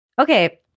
Okay